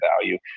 value